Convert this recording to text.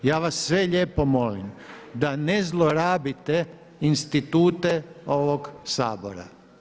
Ja vas sve lijepo molim da ne zlorabite institute ovog Sabora.